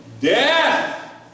death